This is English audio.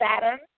Saturn